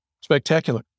spectacular